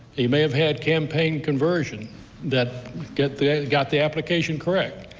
he may have had campaign conversion that got the got the application correct,